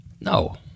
No